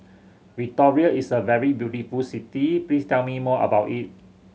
Victoria is a very beautiful city please tell me more about it